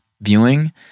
viewing